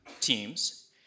teams